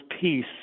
peace